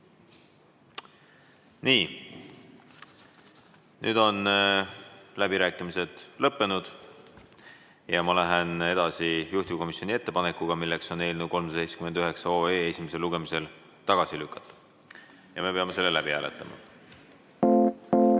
Nii. Nüüd on läbirääkimised lõppenud ja ma lähen edasi juhtivkomisjoni ettepanekuga eelnõu 379 esimesel lugemisel tagasi lükata. Me peame selle läbi hääletama.